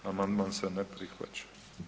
Amandman se ne prihvaća.